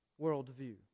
worldview